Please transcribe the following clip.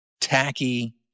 tacky